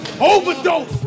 Overdose